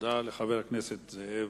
תודה לחבר הכנסת זאב.